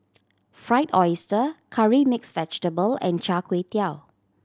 Fried Oyster Curry Mixed Vegetable and Char Kway Teow